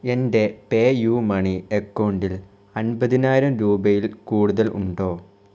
എൻ്റെ PayU money എക്കൗണ്ടിൽ അൻപതിനായിരം രൂപയിൽ കൂടുതൽ ഉണ്ടോ